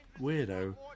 weirdo